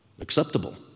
Acceptable